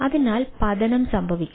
അതിനാൽ പതനം സംഭവിക്കാം